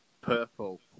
purple